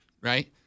right